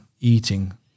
eating